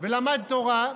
ולמד תורה,